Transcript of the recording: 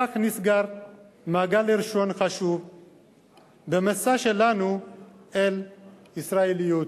כך נסגר מעגל ראשון חשוב במסע שלנו אל הישראליות.